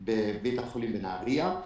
בבית החולים בנהריה.